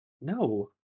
No